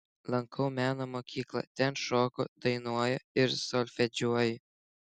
lankau meno mokyklą ten šoku dainuoju ir solfedžiuoju